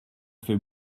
fait